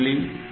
PCON